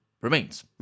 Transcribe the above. remains